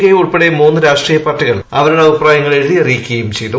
K ഉൾപ്പെടെ മൂന്ന് രൂഷ്ട്രീയ പാർട്ടികൾ അവരുടെ അഭിപ്രായങ്ങൾ എഴുതി അറിയിക്കുകയും ചെയ്തു